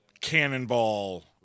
Cannonball